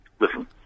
Listen